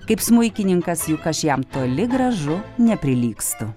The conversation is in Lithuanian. kaip smuikininkas juk aš jam toli gražu neprilygstu